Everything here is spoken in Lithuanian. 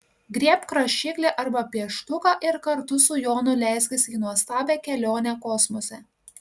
griebk rašiklį arba pieštuką ir kartu su jonu leiskis į nuostabią kelionę kosmose